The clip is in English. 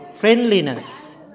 Friendliness